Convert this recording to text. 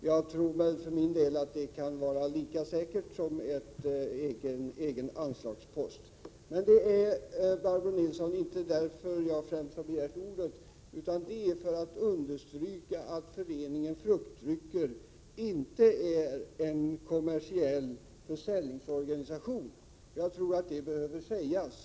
Jag tror att detta kan vara lika säkert som att så att säga ha en egen anslagspost. Men det är inte främst för att säga detta som jag har begärt ordet, Barbro Nilsson, utan det är för att understryka att Föreningen Fruktdrycker inte är en kommersiell försäljningsorganisation. Jag tror att det behöver sägas.